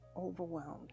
overwhelmed